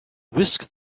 whisked